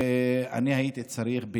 אני הייתי צריך,